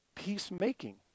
peacemaking